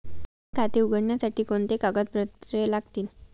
Bank खाते उघडण्यासाठी कोणती कागदपत्रे लागतील?